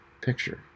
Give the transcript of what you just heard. picture